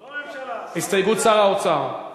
לא הממשלה, שר האוצר.